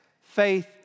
faith